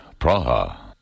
Praha